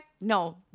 no